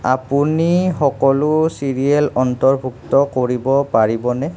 আপুনি সকলো চিৰিয়েল অন্তৰ্ভুক্ত কৰিব পাৰিবনে